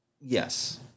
Yes